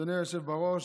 אדוני היושב בראש,